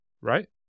right